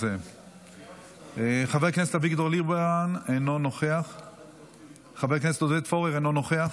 חבר הכנסת אביגדור ליברמן, אינו נוכח,